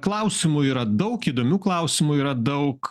klausimų yra daug įdomių klausimų yra daug